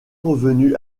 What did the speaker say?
revenus